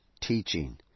teaching